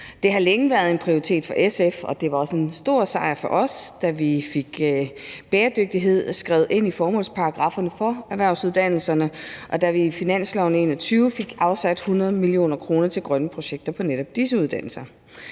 Det har længe været en prioritet for SF, og det var også en stor sejr for os, da vi fik bæredygtighed skrevet ind i formålsparagraffen for erhvervsuddannelserne, og da vi i finansloven 2021 fik afsat 100 mio. kr. til grønne projekter på netop disse uddannelser.